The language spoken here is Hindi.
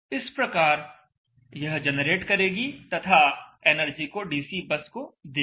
इस प्रकार यह जेनेरेट करेगी तथा एनर्जी को डीसी बस को देगी